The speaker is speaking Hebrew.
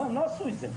הם לא עשו את זה.